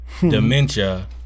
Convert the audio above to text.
dementia